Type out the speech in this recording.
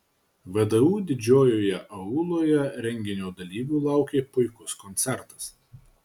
vdu didžiojoje auloje renginio dalyvių laukė puikus koncertas